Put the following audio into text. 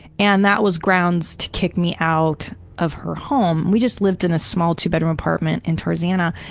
and that was grounds to kick me out of her home. we just lived in a small, two-bedroom apartment in torzana.